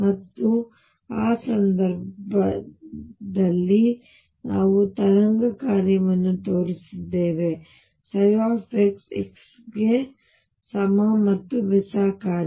ಮತ್ತು ಆ ಸಂದರ್ಭದಲ್ಲಿ ನಾವು ತರಂಗ ಕಾರ್ಯವನ್ನು ತೋರಿಸಿದ್ದೇವೆ ψ x ನ ಸಮ ಅಥವಾ ಬೆಸ ಕಾರ್ಯ